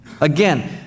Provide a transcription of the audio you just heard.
Again